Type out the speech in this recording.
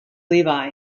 levi